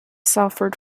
salford